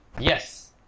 Yes